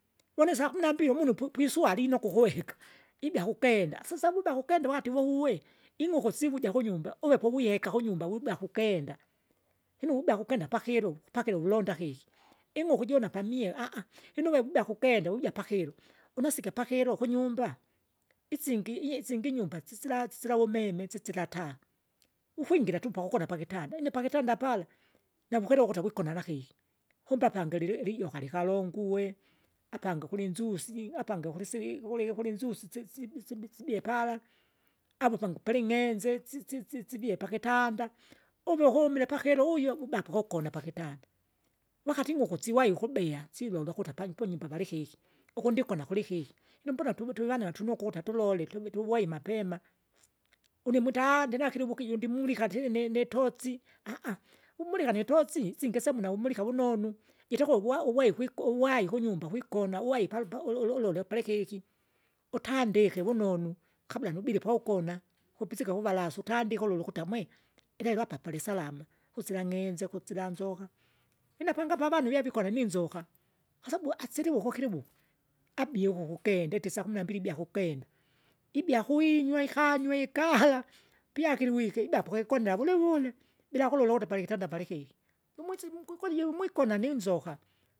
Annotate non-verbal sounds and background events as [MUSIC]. Une saa kumi nambili umunu pu- puiswari inoko ukuhika, ibya kukenda, sasa wiba kukenda wati wouwe, ing'uku sivuja kunyumba, uve pavuyeka kunyumba wibya kukenda, linu ubya kukenda pakilo, pakilo vulonda keki, ing'uku jiona pamio [HESITATION] lino uve ubya kukenda wivuja pakilo, unasike pakilo, kunyumba, isingi iyi- isingi inyumba sisila sisila vumeme, sisila taa. Ukwingira tu pakukola pakitanda, ine npakitanda pala, navukwelewa ukute wigona lakini lakiki, kumbe apangi lili lijoka likalonguwe, apange kulinsusi, apange kulisivi- kuli- kulinsusi si- si- sib- sib- sibye pala avuka nkupeling'enze si- si- si- sivye pakitanda. Uvu ukumile pakilo ujo ubape kukona pakitanda, wakati ing'uku siwai ukubea siwa lwakuti apali panyumba palikeki, ukundikona kulikeki, lino mbona tuvu- tulivana vatunokota tulole tuve- tuwai mapema. Una mutaa ndinakile uvukiji ndimulika ati ni- nitosi [HESITATION] umulika nitosi? singe sehemu naumulika vunonu, jitakiwa uwa- uwai- kwiko- uwai kunyumba kwikona uwai palipa ulu- ulule palikeki. Utandike vunonu. kabla nubili paukona, upisike kuvalasu utandike ululu ukuta mwe, ilelo apa palisalama. kusila ng'enze ukusila nzoka, lina apanga pavanu via vikona ninzoka, kwasabu asiwuku ukilibuke, abaia ukukenda itisaa kumi nambili bia kukenda, ibya kuinywa ikanywe ikahara, pyakiliwike ibapu ikonela wulevule, bila kululota palikitanda palikeki, jumwisi nkukujirijuru mwkona ninzoka.